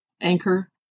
anchor